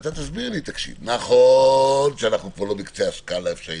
ואתה תגיד לי שנכון שאנחנו כבר לא בקצה הסקאלה היכן שהיינו,